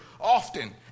often